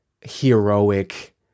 heroic